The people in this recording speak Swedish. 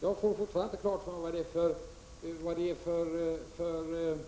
Jag har fortfarande inte klart för mig vilka